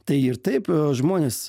tai ir taip žmonės